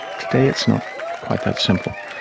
today it's not quite that simple.